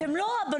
אתן לא הבנות,